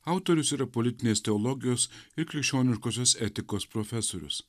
autorius yra politinės teologijos ir krikščioniškosios etikos profesorius